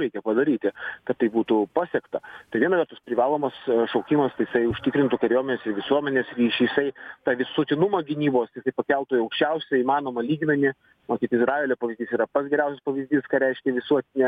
reikia padaryti kad tai būtų pasiekta tai viena vertus privalomas šaukimas tai jisai užtikrintų kariuomenės ir visuomenės ryšį jisai tą visuotinumą gynybos jisai pakeltų į aukščiausią įmanomą lygmenį matyt izraelio pavyzdys yra pats geriausias pavyzdys ką reiškia visuotinė